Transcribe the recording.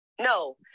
no